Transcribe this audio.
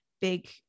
big